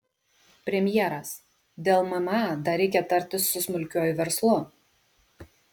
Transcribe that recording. premjeras dėl mma dar reikia tartis su smulkiuoju verslu